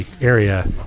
area